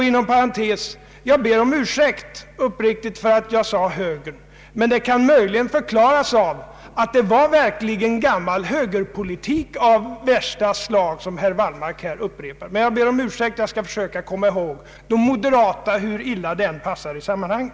Inom parentes ber jag uppriktigt om ursäkt för att jag sade ”högern”, men det kan möjligen förklaras av att det verkligen var gammal högerpolitik av värsta slag som herr Wallmark här presenterade. Jag skall försöka komma ihåg att det är fråga om de moderata, hur illa den beteckningen än passar i sammanhanget.